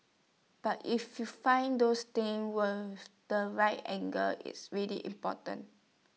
but if you find those things worth the right angle it's really important